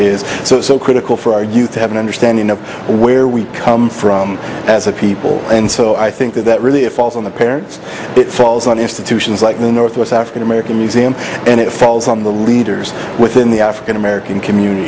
is so so critical for our youth to have an understanding of where we come from as a people and so i think that really it falls on the parents it falls on institutions like the northwest african american museum and it falls on the leaders within the african american community